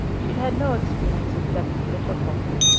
she had had no experience of feminine difficulties,